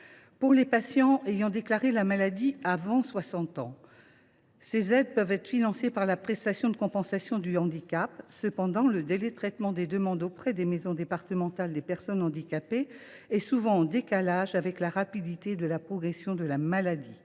Pour les patients ayant déclaré la maladie avant 60 ans, ces aides peuvent être financées par la PCH. Cependant, le délai de traitement des demandes par les maisons départementales des personnes handicapées est souvent en décalage avec la progression de la maladie.